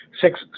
six